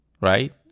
right